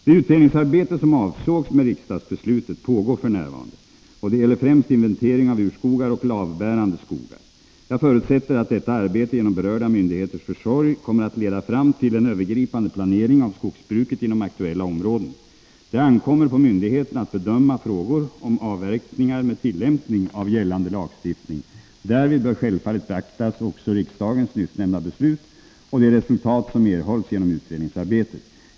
Det utredningsarbete som avsågs med riksdagsbeslutet pågår f. n., och det gäller främst inventering av urskogar och lavbärande skogar. Jag förutsätter att detta arbete genom berörda myndigheters försorg kommer att leda fram till en övergripande planering av skogsbruket inom aktuella områden. Det ankommer på myndigheterna att bedöma frågor om avverkningar med tillämpning av gällande lagstiftning. Därvid bör självfallet beaktas också riksdagens nyssnämnda beslut och de resultat som erhålls genom utredningsarbete.